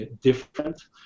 different